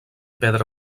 pedra